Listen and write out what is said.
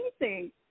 amazing